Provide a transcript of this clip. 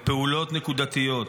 לפעולות נקודתיות.